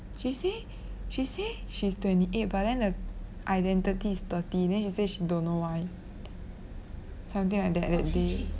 she say she say she's twenty eight but then the identity is thirty then she say she don't know why something like that that day